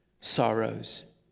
sorrows